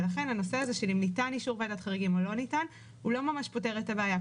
השאלה אם ניתן אישור של ועדת החריגים או לא ניתן אינו פותר את הבעיה.